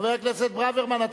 חבר הכנסת ברוורמן,